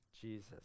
Jesus